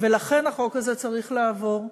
ולכן החוק הזה צריך לעבור.